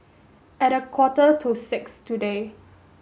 at a quarter to six today